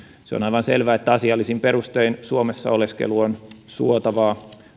se on aivan selvää että asiallisin perustein suomessa oleskelu on suotavaa